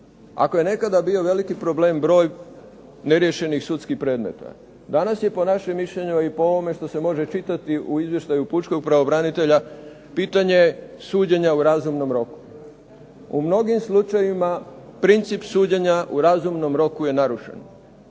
Ako je nekada bio veliki problem broj neriješenih sudskih predmeta, danas je po našem mišljenju i po ovome što se može čitati u izvještaju pučkog pravobranitelja pitanje suđenja u razumnom roku. U mnogim slučajevima princip suđenja u razumnom roku je narušen.